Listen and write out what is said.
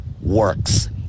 works